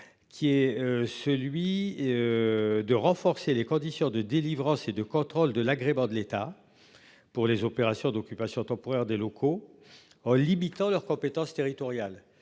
Qui est celui. De renforcer les conditions de délivrance et de contrôle de l'agrément de l'État. Pour les opérations d'occupation temporaire des locaux. En limitant leur compétence territoriale